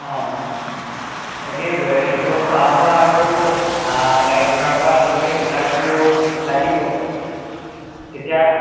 অঁ অঁ তাকেই সেইটো খোৱা বোৱা আৰু গাড়ী ভাৰাৰ পৰা আদি কৰি সেইবিলাকটো লাগিবই তেতিয়া